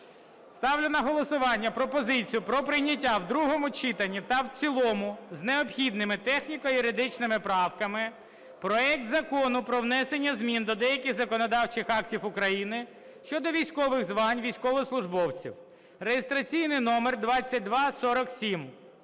Ставлю на голосування пропозицію про прийняття в другому читанні та в цілому з необхідними техніко-юридичними правками проект Закону про внесення змін до деяких законодавчих актів України щодо військових звань військовослужбовців (реєстраційний номер 2247).